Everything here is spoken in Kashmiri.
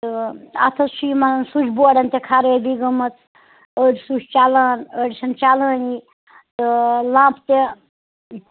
تہٕ اَتھ حظ چھِ یِمَن سُچ بوڈَن تہِ خرٲبی گٔمٕژ أڑۍ سُچ چلان أڑۍ چھِنہٕ چلٲنی تہٕ لَمپ تہِ